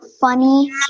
funny